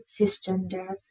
cisgender